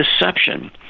deception